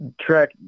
track